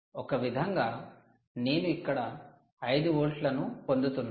ఒక విధంగా నేను ఇక్కడ 5 వోల్ట్లను పొందుతున్నాను